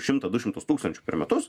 šimtą du šimtus tūkstančių per metus